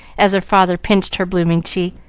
as her father pinched her blooming cheek,